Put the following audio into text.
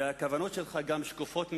וגם הכוונות שלך שקופות מאוד.